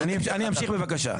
כן, אני אמשיך בבקשה.